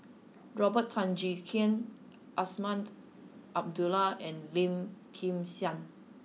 Robert Tan Jee Keng Azman Abdullah and Lim Kim San